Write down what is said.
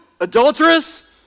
adulterous